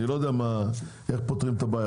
אני לא יודע איך פותרים את הבעיה,